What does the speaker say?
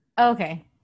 Okay